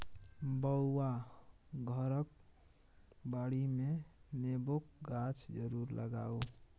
बौआ घरक बाडीमे नेबोक गाछ जरुर लगाउ